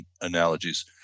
analogies